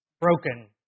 broken